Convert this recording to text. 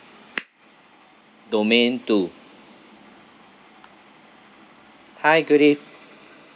domain two hi good eve~